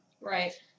Right